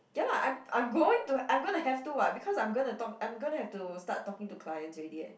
ya lah I'm I'm going to I'm gonna have to [what] because I'm gonna talk I'm gonna have to start talking to clients already eh